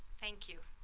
thank you.